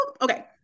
okay